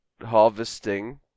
harvesting